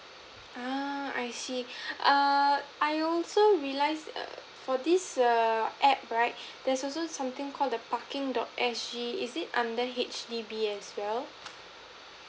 uh I see err I also realise err for this err app right there's also something call the parking dot S G is it under H_D_B as well